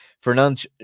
Fernand